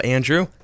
Andrew